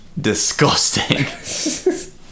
Disgusting